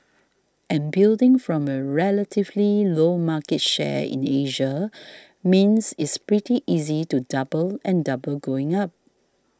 and building from a relatively low market share in Asia means it's pretty easy to double and double going up